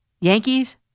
Yankees